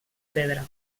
pedra